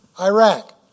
Iraq